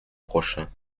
prochain